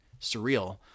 surreal